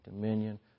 dominion